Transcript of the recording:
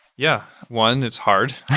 yeah. one it's hard.